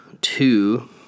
two